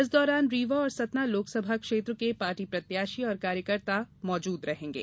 इस दौरान रीवा और सतना लोकसभा क्षेत्र के पार्टी प्रत्याशी और कार्यकर्ता मौजूद रहेंगे